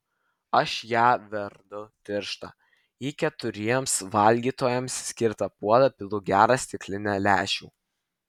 aš ją verdu tirštą į keturiems valgytojams skirtą puodą pilu gerą stiklinę lęšių